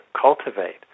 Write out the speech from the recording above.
cultivate